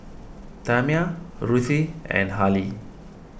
Tamia Ruthie and Harlie